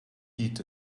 eat